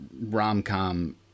Rom-com